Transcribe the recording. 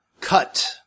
cut